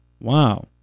wow